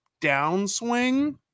downswing